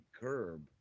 curb